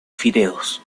fideos